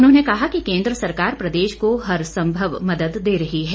उन्होंने कहा कि केंद्र सरकार प्रदेश को हर संभव मदद दे रही है